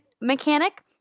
mechanic